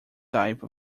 type